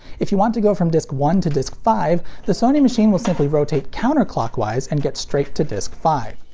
if you want to go from disc one to disc five, the sony machine will simply rotate counterclockwise and get straight to disc five.